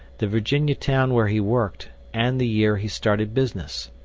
the virginia town where he worked, and the year he started business.